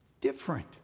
different